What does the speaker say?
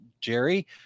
Jerry